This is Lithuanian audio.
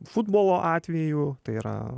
futbolo atvejų tai yra